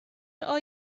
are